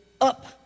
up